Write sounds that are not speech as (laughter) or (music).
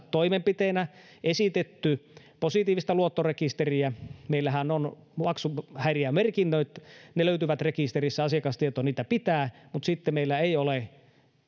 (unintelligible) toimenpiteenä esitetty positiivista luottorekisteriä meillähän on maksuhäiriömerkinnät ne löytyvät rekisteristä asiakastieto niitä pitää mutta meillä ei ole